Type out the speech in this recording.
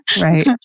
Right